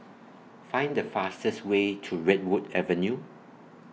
Find The fastest Way to Redwood Avenue